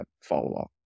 follow-up